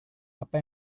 apa